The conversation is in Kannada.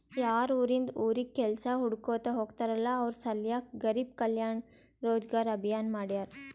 ಯಾರು ಉರಿಂದ್ ಉರಿಗ್ ಕೆಲ್ಸಾ ಹುಡ್ಕೋತಾ ಹೋಗ್ತಾರಲ್ಲ ಅವ್ರ ಸಲ್ಯಾಕೆ ಗರಿಬ್ ಕಲ್ಯಾಣ ರೋಜಗಾರ್ ಅಭಿಯಾನ್ ಮಾಡ್ಯಾರ್